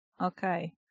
okay